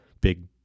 big